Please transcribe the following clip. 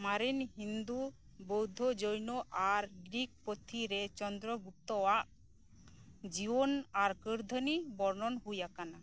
ᱢᱟᱨᱮᱱ ᱦᱤᱱᱫᱩ ᱵᱚᱣᱫᱷᱚ ᱡᱳᱭᱱᱳ ᱟᱨ ᱜᱨᱤᱠ ᱯᱩᱛᱷᱤᱨᱮ ᱪᱚᱱᱫᱨᱚ ᱜᱩᱯᱛᱚᱣᱟᱜ ᱡᱤᱭᱚᱱ ᱟᱨ ᱠᱟᱹᱨᱫᱷᱟᱹᱱᱤ ᱵᱚᱨᱱᱚᱱ ᱦᱩᱭ ᱟᱠᱟᱱᱟ